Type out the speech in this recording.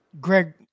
Greg